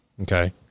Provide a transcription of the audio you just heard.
Okay